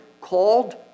called